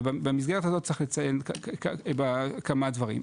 ובמסגרת הזאת צריך לציין כמה דברים.